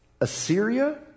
Assyria